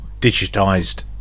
digitized